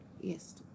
yes